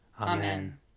Amen